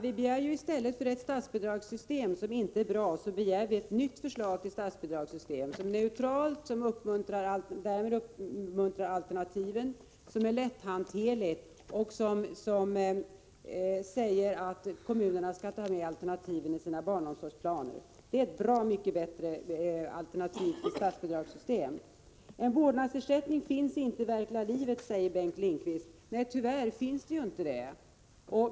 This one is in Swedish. Herr talman! I stället för ett statsbidragssystem som inte är bra begär vi ett nytt förslag till statsbidragssystem — som är neutralt, som uppmuntrar alternativen, som är lätthanterligt och som säger att kommunerna skall ta med alternativen i sina barnomsorgsplaner. Det är ett bra mycket bättre statsbidragssystem. Vårdnadsersättning finns inte i verkliga livet, säger Bengt Lindqvist. Nej, tyvärr finns inte någon sådan.